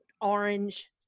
orange